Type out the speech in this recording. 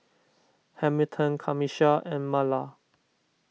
Hamilton Camisha and Marla